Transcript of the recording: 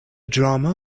drama